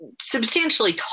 substantially